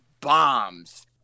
bombs